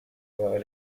were